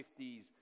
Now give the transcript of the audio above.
1950s